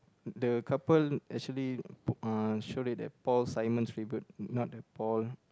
the couple actually book uh show that Paul Simon's favourite not the Paul